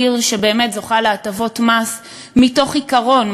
עיר שבאמת זוכה להטבות מס מתוך עיקרון,